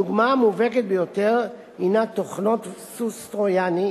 הדוגמה המובהקת ביותר היא תוכנות סוס טרויאני,